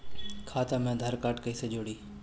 खाता मे आधार कार्ड कईसे जुड़ि?